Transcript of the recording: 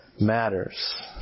matters